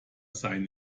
sein